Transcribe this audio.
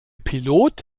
pilot